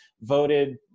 voted